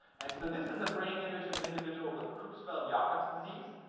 and so this is a brain image of an individual with creutzfeldt-jakob's disease.